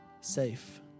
safe